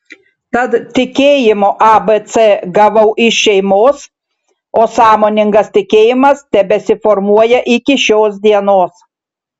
tad tikėjimo abc gavau iš šeimos o sąmoningas tikėjimas tebesiformuoja iki šios dienos